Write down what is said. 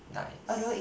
nice